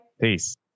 Peace